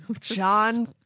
John